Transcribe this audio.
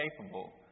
capable